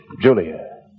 Julia